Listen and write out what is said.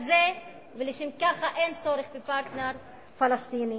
ולשם כך אין צורך בפרטנר פלסטיני.